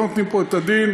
לא נותנים פה את הדין.